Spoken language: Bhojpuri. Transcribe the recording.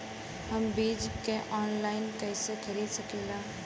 हम बीज के आनलाइन कइसे खरीद सकीला?